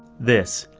this.